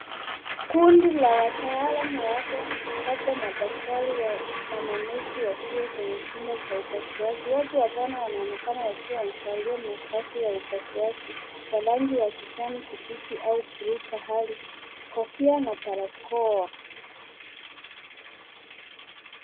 Kundi la wataalamu wa afya labda madaktari na manesi, wakiwa kwenye chumba cha upasuaji. Watu watano wanaonekana wakiwa wamevalia mavazi ya upasuaji, ya rangi ya kijani kibichi au bluu bahari, kofia na barakoa.